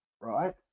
right